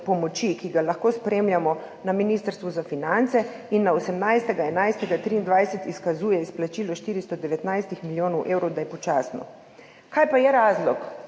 ki ga lahko spremljamo na Ministrstvu za finance in 18. 11. 2023 izkazuje izplačilo 419 milijonov evrov, počasno. Kaj pa je razlog